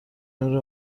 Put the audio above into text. نور